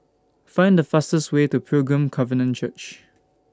Find The fastest Way to Pilgrim Covenant Church